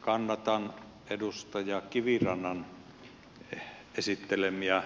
kannatan edustaja kivirannan esittelemiä